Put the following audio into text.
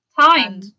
Time